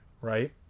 Right